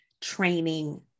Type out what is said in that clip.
training